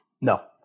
No